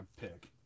pick